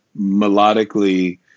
melodically